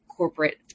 corporate